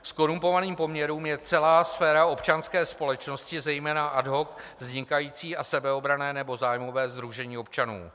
... zkorumpovaným poměrům je celá sféra občanské společnosti, zejména ad hoc vznikající a sebeobranná nebo zájmová sdružení občanů.